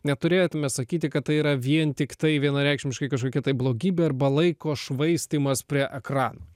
neturėtume sakyti kad tai yra vien tiktai vienareikšmiškai kažkokia blogybė arba laiko švaistymas prie ekrano